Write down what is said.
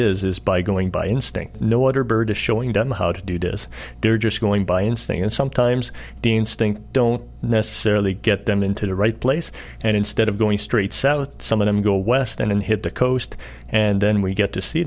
is is by going by instinct no wonder bird is showing them how to do this they're just going by instinct and sometimes the instinct don't necessarily get them into the right place and instead of going straight south some of them go west and hit the coast and then we get to see